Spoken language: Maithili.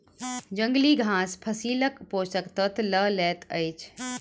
जंगली घास फसीलक पोषक तत्व लअ लैत अछि